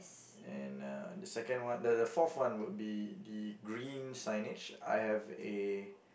and uh the second one the the fourth one would be the green signage I have a